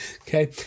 Okay